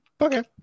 okay